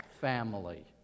family